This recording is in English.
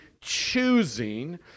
choosing